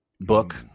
book